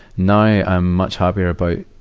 now i'm much happier about,